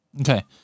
Okay